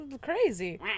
crazy